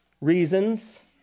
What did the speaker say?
reasons